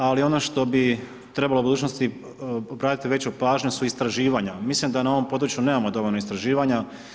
Ali ono što bi trebalo u budućnosti obratiti veću pažnju su istraživanja, mislim da na ovom području nemamo dovoljno istraživanja.